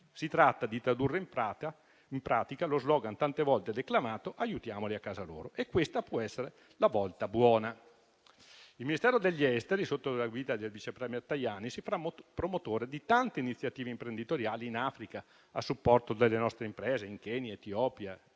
Si tratta di tradurre in pratica lo slogan tante volte declamato: aiutiamoli a casa loro. E questa può essere la volta buona. Il Ministero degli affari esteri, sotto la guida del vice *premier* Tajani, si farà promotore di tante iniziative imprenditoriali in Africa, a supporto delle nostre imprese in Kenya, Etiopia,